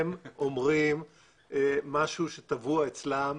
הם אומרים משהו שטבוע אצלם,